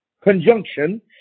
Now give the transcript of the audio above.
conjunction